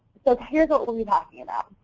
so here is what what we're talking about,